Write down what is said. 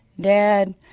dad